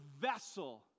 vessel